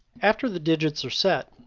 after the digits are set,